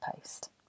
post